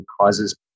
causes